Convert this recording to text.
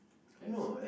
yes